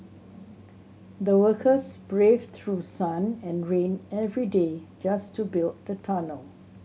the workers braved through sun and rain every day just to build the tunnel